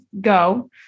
go